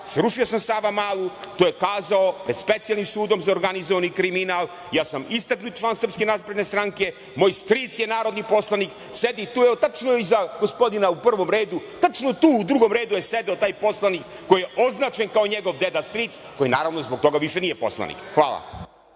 srušio sam "Sava malu". To je kazao pred Specijalnim sudom za organizovani kriminal. "Ja sam istaknuti član Srpske napredne stranke, moj stric je narodni poslanik", sedi tu tačno iza gospodina u prvom redu, tačno tu, u drugom redu je sedeo taj poslanik koji je označen kao njegov deda-stric, koji, naravno, zbog toga više nije poslanik. Hvala.